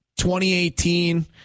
2018